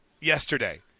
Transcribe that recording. yesterday